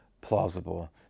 plausible